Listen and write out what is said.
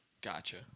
Gotcha